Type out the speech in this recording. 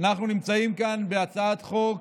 אנחנו נמצאים כאן בהצעת חוק